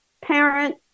parent